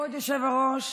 כבוד היושב-ראש,